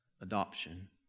adoption